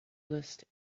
list